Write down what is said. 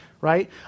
right